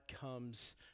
comes